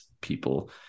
people